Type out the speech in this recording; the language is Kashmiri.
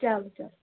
چلو چلو